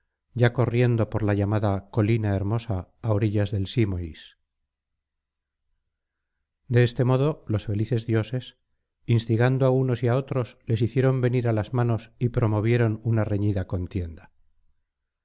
ya corriendo por la llamada colina hermosa á orillas del simois de este modo los felices dioses instigando á unos y á otros les hicieron venir á las manos y promovieron una reñida contienda